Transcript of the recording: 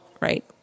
right